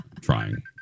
trying